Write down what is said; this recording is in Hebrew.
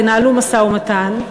תנהלו משא-ומתן,